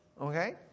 okay